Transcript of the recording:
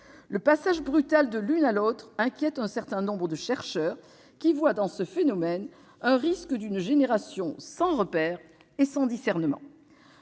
Le passage brutal de l'une à l'autre inquiète un certain nombre de chercheurs, qui craignent l'émergence d'une génération sans repères et sans discernement.